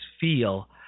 feel